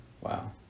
Wow